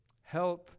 health